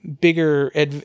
bigger